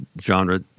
genre